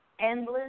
endless